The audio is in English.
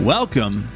Welcome